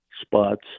spots